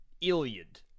Iliad